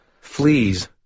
fleas—